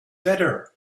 better